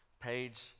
Page